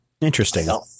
Interesting